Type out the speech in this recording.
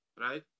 right